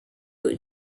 wood